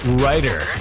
writer